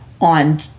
on